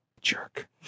Jerk